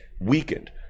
weakened